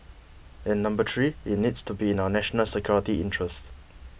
and number three it needs to be in our national security interests